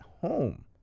home